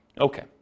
Okay